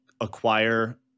acquire